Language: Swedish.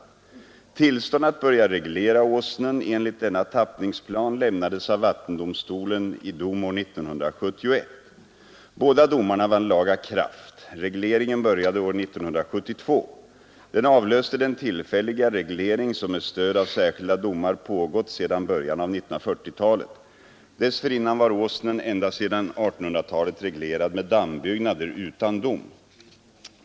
Tillstånd att börja reglera Åsnen enligt denna tappningsplan lämnades av vattendomstolen i dom år 1971. Båda domarna vann laga kraft. Regleringen började år 1972. Den avlöste den tillfälliga reglering som med stöd av särskilda domar pågått sedan början av 1940-talet. Dessförinnan var Åsnen ända sedan 1800-talet reglerad med dammbyggnader utan dom.